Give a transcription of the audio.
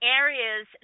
areas